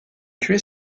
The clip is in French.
tuer